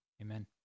amen